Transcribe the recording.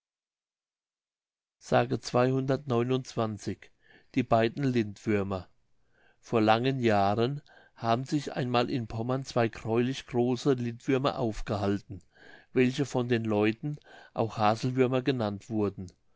die beiden lindwürmer vor langen jahren haben sich einmal in pommern zwei gräulich große lindwürmer aufgehalten welche von den leuten auch hasselwürmer genannt wurden